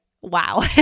wow